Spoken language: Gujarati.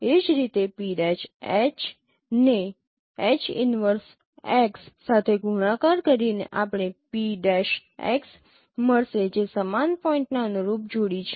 એ જ રીતે P'H ને H 1X સાથે ગુણાકાર કરીને આપણે P'X મળશે જે સમાન પોઈન્ટના અનુરૂપ જોડી છે